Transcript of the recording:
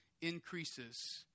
increases